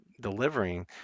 Delivering